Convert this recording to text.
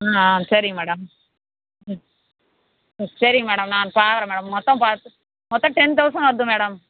ம் ஆ சரிங்க மேடம் ம் ம் சரிங்க மேடம் நான் பார்க்குறேன் மேடம் மொத்தம் பார்த்து மொத்தம் டென் தௌசண்ட் வருது மேடம்